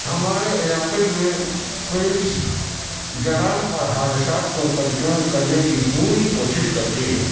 ہمارے علاقے میں پولیس جرائم اور حادثات کو کنٹرول کرنے کی پوری کوشش کرتی ہے